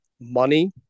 money